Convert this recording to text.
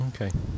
okay